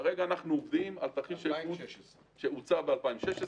כרגע אנחנו עובדים על תרחיש ייחוס שהוצע ב-2016,